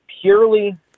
purely